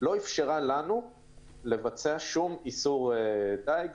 לא אפשרה לנו לבצע שום איסור דייג,